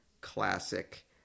classic